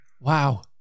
Wow